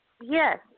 Yes